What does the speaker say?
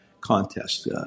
contest